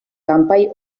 kanpai